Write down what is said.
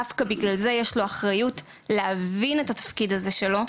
דווקא בגלל זה יש לו אחריות להבין את התפקיד הזה שלו,